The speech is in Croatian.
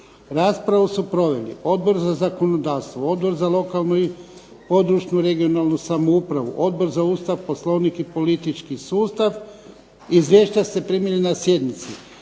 Raspravu su proveli Odbor za zakonodavstvo, Odbor za lokalnu i područnu (regionalnu) samoupravu, Odbor za Ustav, Poslovnik i politički sustav. Izvješća ste primili na sjednici.